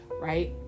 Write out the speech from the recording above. right